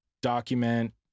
document